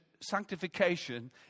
sanctification